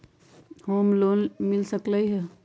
Home loan मिल सकलइ ह?